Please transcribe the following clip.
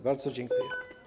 Bardzo dziękuję.